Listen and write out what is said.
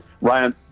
Ryan